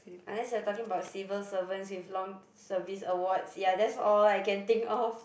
unless you're talking about civil servants with long service awards ya that's all I can think of